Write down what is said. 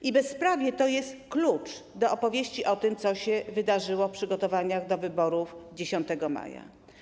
I bezprawie to jest klucz do opowieści o tym, co się wydarzyło w przygotowaniach do wyborów 10 maja.